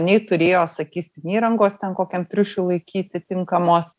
nei turėjo sakysim įrangos ten kokiam triušiui laikyti tinkamos